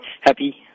happy